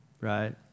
right